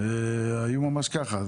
היו ממש ככה,